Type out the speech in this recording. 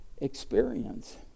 experience